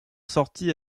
sortit